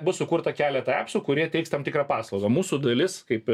bus sukurta keletą epsų kurie teiks tam tikrą paslaugą mūsų dalis kaip